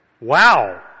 Wow